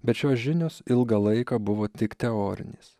bet šios žinios ilgą laiką buvo tik teorinės